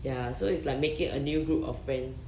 ya so it's like making a new group of friends